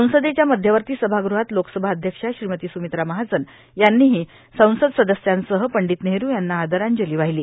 संसदेच्या मध्यवर्ती सभाग़हात लोकसभा अध्यक्षा स्मित्रा महाजन यांनीही संसद सदस्यांसह पंडित नेहरू यांना आदरांजली वाहिली